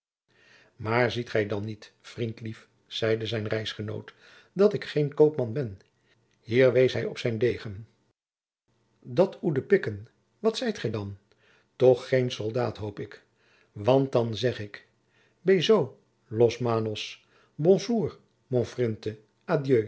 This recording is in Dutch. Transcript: maar ziet gij dan niet vriendlief zeide zijn reisgenoot dat ik geen koopman ben hier wees hij op zijn degen dat oe de pikken wat zijt ge dan toch geen soldaôt hoop ik want dan zeg ik